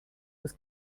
was